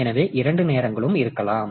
எனவே இரண்டு நேரங்களும் இருக்கலாம்